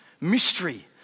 mystery